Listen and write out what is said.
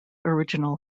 original